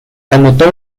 anotó